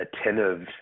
attentive